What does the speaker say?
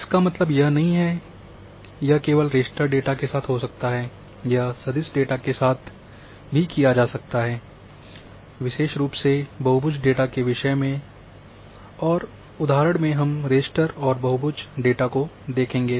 इसका मतलब यह नहीं है यह केवल रेस्टर डेटा के साथ हो सकता है यह सदिश डेटा के साथ भी किया जा सकता है विशेष रूप से बहुभुज डेटा के विषय में और उदाहरण में हम रेस्टर और बहुभुज डेटा को देखेंगे